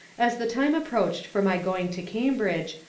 as the time approached for my going to cambridge,